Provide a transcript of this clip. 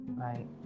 right